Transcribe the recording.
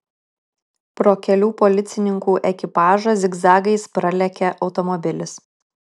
pro kelių policininkų ekipažą zigzagais pralekia automobilis